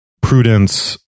prudence